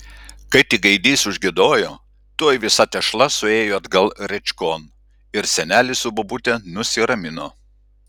kai tik gaidys užgiedojo tuoj visa tešla suėjo atgal rėčkon ir senelis su bobute nusiramino